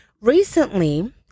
Recently